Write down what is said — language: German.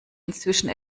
inzwischen